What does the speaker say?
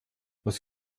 was